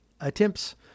attempts